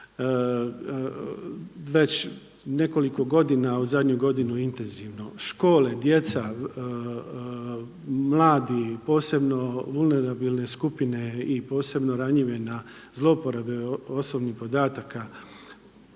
već nekoliko godina, u zadnju godinu intenzivno. Škole, djeca, mladi posebno … skupine i posebno ranjive na zloporabe osobnih podataka,